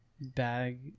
bag